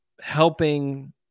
helping